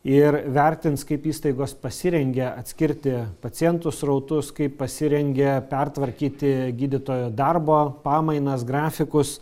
ir vertins kaip įstaigos pasirengė atskirti pacientų srautus kaip pasirengė pertvarkyti gydytojų darbo pamainas grafikus